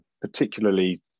particularly